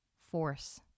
force